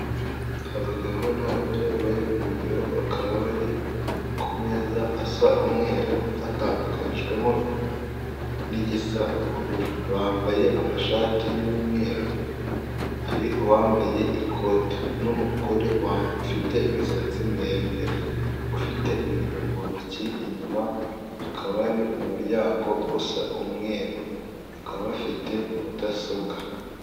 Abagabo n'abagore bari mu biro bakaba bari ku meza asa umweru hatandukanyijwemo n'igisa ubururu, bambaye amashati y'umweru hari uwambaye ikote n'umugore ufite imisatsi miremire ufite ibintu mu ntoki inyuma akaba ari umuryango usa umweru bakaba bafite mudasobwa.